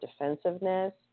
defensiveness